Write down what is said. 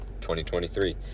2023